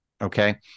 Okay